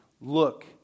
Look